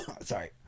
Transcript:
Sorry